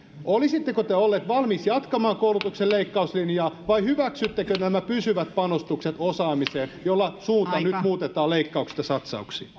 olisitteko te ollut valmis jatkamaan koulutuksen leikkauslinjaa vai hyväksyttekö nämä pysyvät panostukset osaamiseen joilla suunta nyt muutetaan leikkauksista satsauksiin